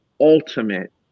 ultimate